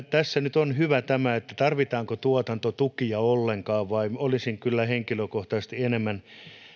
tässä on nyt hyvä tämä tarvitaanko tuotantotukia ollenkaan olisin kyllä henkilökohtaisesti enemmän